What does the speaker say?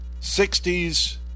60's